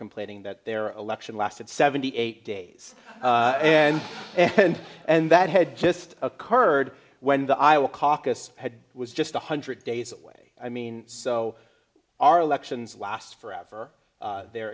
complaining that their election lasted seventy eight days and and and that had just occurred when the iowa caucus had was just one hundred days away i mean so our elections last forever they